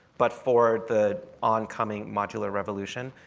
but for the oncoming modular revolution,